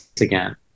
again